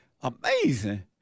Amazing